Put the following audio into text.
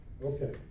Okay